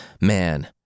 Man